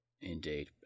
indeed